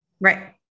Right